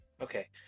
okay